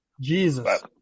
Jesus